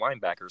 linebackers